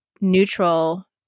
neutral